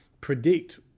predict